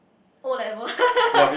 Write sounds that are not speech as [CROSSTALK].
O-level [LAUGHS]